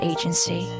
Agency